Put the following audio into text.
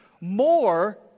more